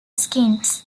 skinks